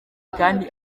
kandi